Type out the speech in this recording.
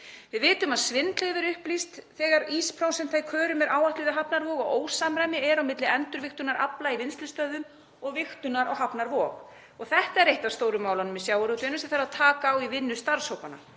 Við vitum að svindl hefur verið upplýst þegar ísprósenta í körum er áætluð við hafnarvog og ósamræmi er á milli endurvigtunar afla í vinnslustöðvum og vigtunar á hafnarvog. Þetta er eitt af stóru málunum í sjávarútveginum sem þarf að taka á í vinnu starfshópanna.